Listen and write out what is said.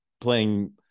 playing